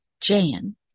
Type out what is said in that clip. Jan